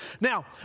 Now